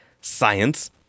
science